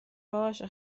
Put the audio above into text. باشه